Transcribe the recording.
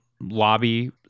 lobby